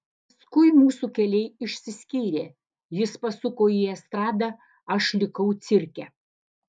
paskui mūsų keliai išsiskyrė jis pasuko į estradą aš likau cirke